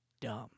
dumb